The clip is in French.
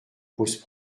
posent